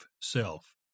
self